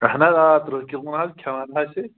اَہَن حظ آ تٕرٛہ کِلوُن حظ کھٮ۪وان حظ چھِ